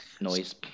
noise